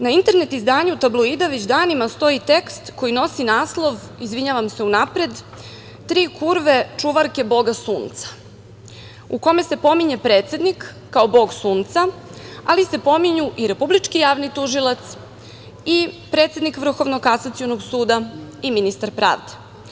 Na internet izdanju „Tabloida“ već danima stoji tekst koji nosi naslov, izvinjavam se unapred – „Tri kurve čuvarke Boga Sunca“ u kome se pominje predsednik kao Bog Sunca, ali se pominju i Republički javni tužilac, predsednik Vrhovnog kasacionog suda i ministar pravde.